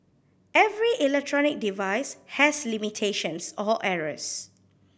every electronic device has limitations or errors